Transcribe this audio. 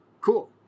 cool